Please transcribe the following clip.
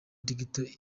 digital